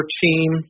team